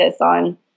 on